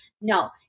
No